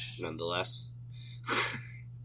nonetheless